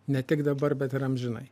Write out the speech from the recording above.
ne tik dabar bet ir amžinai